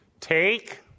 take